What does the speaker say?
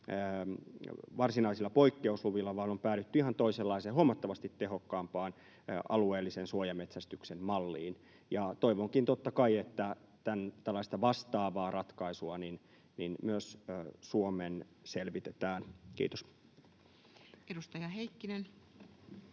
varsinaisilla poikkeusluvilla, vaan on päädytty ihan toisenlaiseen, huomattavasti tehokkaampaan alueellisen suojametsästyksen malliin. Toivonkin, totta kai, että tällaista vastaavaa ratkaisua myös Suomeen selvitetään. — Kiitos. Edustaja Heikkinen.